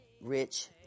Rich